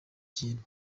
kintu